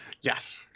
Yes